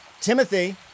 Timothy